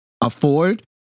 afford